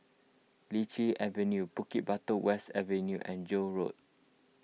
Lichi Avenue Bukit Batok West Avenue and Joan Road